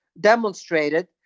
demonstrated